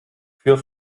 für